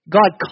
God